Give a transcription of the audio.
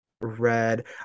red